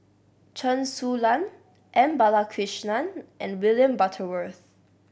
Chen Su Lan M Balakrishnan and William Butterworth